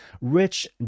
rich